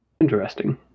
Interesting